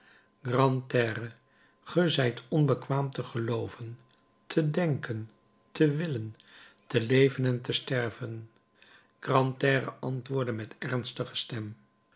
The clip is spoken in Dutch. grantaire ge zijt onbekwaam te gelooven te denken te willen te leven en te sterven grantaire antwoordde met ernstige stem